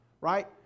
right